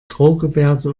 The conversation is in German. drohgebärde